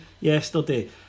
yesterday